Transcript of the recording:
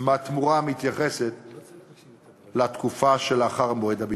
מהתמורה המתייחסת לתקופה שלאחר מועד הביטול.